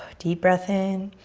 deep breath in